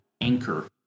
anchor